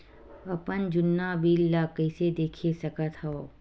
अपन जुन्ना बिल ला कइसे देख सकत हाव?